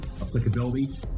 applicability